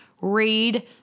read